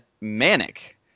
Manic